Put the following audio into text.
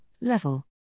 level